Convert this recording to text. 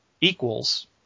equals